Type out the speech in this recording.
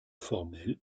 formel